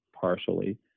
partially